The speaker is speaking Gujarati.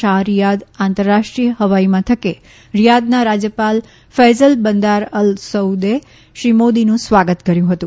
શાહ રિયાધ આંતરરાષ્ટ્રીય હવાઇ મથકે રિયાધના રાજયપાલ ફૈઝલ બંદારઅલ સઉદે શ્રી મોદીનું સ્વાગત કર્યુ હતું